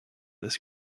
this